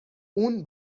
اون